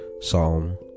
Psalm